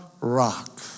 rock